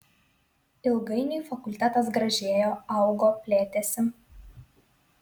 ilgainiui fakultetas gražėjo augo plėtėsi